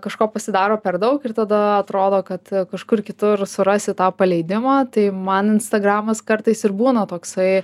kažko pasidaro per daug ir tada atrodo kad kažkur kitur surasi tą paleidimą tai man instagramas kartais ir būna toksai